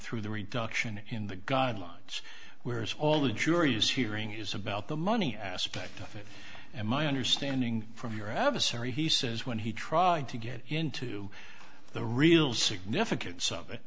through the reduction in the god much where's all the jury is hearing is about the money aspect of it and my understanding from your adversary he says when he tried to get into the real significance of it